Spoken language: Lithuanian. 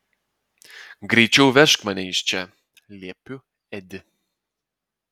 greičiau vežk mane iš čia liepiu edi